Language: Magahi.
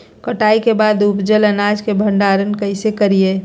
कटाई के बाद उपजल अनाज के भंडारण कइसे करियई?